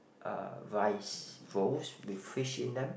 uh rice rolls with fish in them